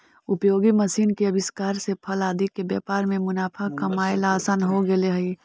उपयोगी मशीन के आविष्कार से फल आदि के व्यापार में मुनाफा कमाएला असान हो गेले हई